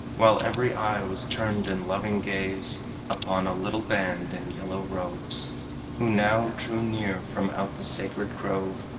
while every eye was turned in loving gaze upon a little band in yellow robes who now drew near from out the sacred grove.